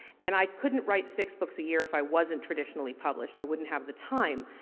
and i couldn't write six books a year if i wasn't traditionally published, i wouldn't have the time,